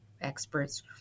experts